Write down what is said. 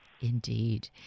Indeed